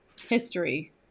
history